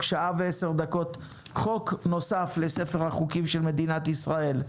שעה ו-10 דקות חוק נוסף לספר החוקים של מדינת ישראל.